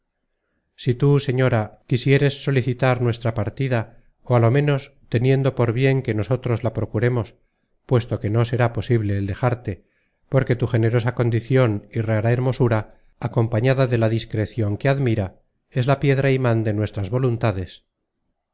si tú señora quisieres solicitar nuestra partida ó á lo menos teniendo por bien que nosotros la procuremos puesto que no será posible el dejarte porque tu generosa condicion y rara hermosura acompañada de la content from google book search generated at discrecion que admira es la piedra iman de nuestras voluntades